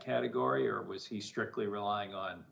category or was he strictly relying on